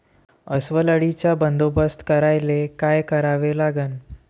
अस्वल अळीचा बंदोबस्त करायले काय करावे लागन?